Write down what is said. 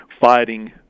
fighting